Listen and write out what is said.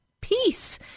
peace